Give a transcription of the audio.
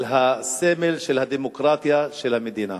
סמל הדמוקרטיה של המדינה.